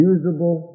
Usable